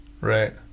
right